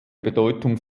bedeutung